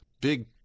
big